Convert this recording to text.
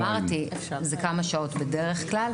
אמרתי, זה כמה שעות בדרך כלל.